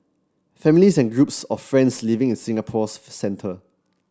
families and groups of friends living in Singapore's centre